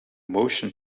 motion